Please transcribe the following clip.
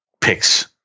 picks